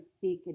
thick